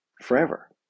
forever